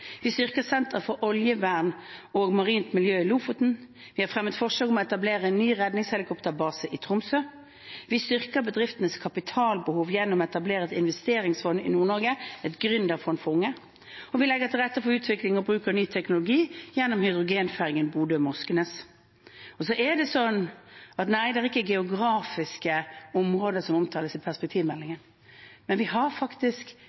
Vi styrker Senter for oljevern og marint miljø i Lofoten. Vi har fremmet forslag om å etablere en ny redningshelikopterbase i Tromsø. Vi styrker bedriftenes kapitalbehov gjennom å etablere et investeringsfond i Nord-Norge og et gründerfond for unge. Vi legger til rette for utvikling og bruk av ny teknologi gjennom hydrogenfergen Bodø–Moskenes. Og nei, det er ikke geografiske områder som omtales i perspektivmeldingen. Men vi har faktisk,